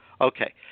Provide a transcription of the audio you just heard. Okay